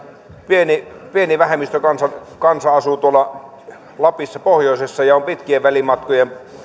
pieni pieni vähemmistökansa asuu tuolla lapissa pohjoisessa ja on pitkien välimatkojen